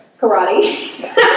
Karate